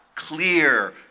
Clear